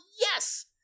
Yes